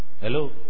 Hello